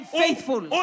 faithful